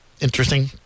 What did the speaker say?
Interesting